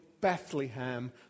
Bethlehem